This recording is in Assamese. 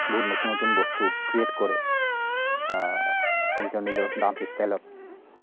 বহুত নতুন নতুন বস্তু ক্ৰিয়েট কৰে নিজৰ নিজৰ ডান্স ষ্টাইলত